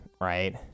right